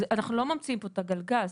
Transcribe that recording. אנחנו לא ממציאים פה את הגלגל,